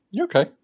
Okay